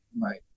Right